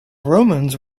romans